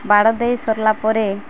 ବାଡ଼ ଦେଇ ସରଲା ପରେ